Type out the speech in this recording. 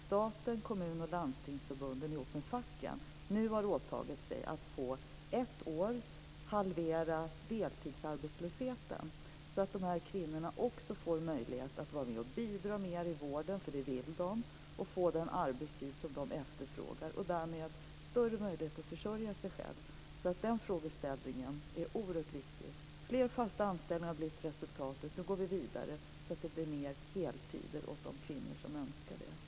Staten, Kommun och Landstingsförbunden ihop med facken har nu åtagit sig att på ett år halvera deltidsarbetslösheten, så att de här kvinnorna också får en möjlighet att vara med och bidra mer i vården - som de vill - och få den arbetstid som de efterfrågar. Därmed får de en större möjlighet att försörja sig själva. Den frågeställningen är oerhört viktig. Fler fasta anställningar har blivit resultatet. Nu går vi vidare, så att det blir fler heltidsanställningar åt de kvinnor som önskar det.